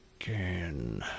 again